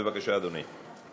בבקשה, אדוני.